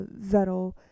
Vettel